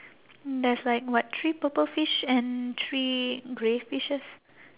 there's like what three purple fish and three grey fishes